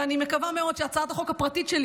ואני מקווה מאוד שהצעת החוק הפרטית שלי